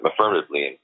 affirmatively